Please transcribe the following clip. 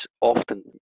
often